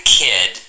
kid